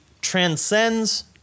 transcends